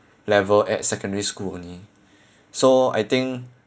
level at secondary school only so I think